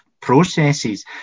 processes